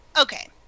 Okay